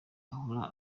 ahora